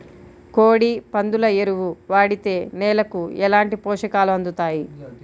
కోడి, పందుల ఎరువు వాడితే నేలకు ఎలాంటి పోషకాలు అందుతాయి